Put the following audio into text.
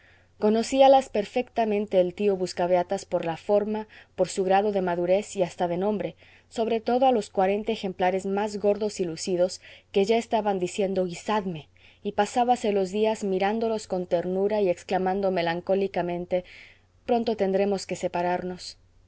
de junio conocíalas perfectamente el tío buscabeatas por la forma por su grado de madurez y hasta de nombre sobre todo a los cuarenta ejemplares más gordos y lucidos que ya estaban diciendo guisadme y pasábase los días mirándolos con ternura y exclamando melancólicamente pronto tendremos que separarnos